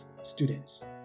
students